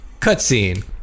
cutscene